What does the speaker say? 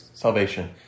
salvation